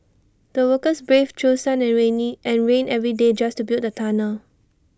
the workers braved through sun and rainy and rain every day just to build the tunnel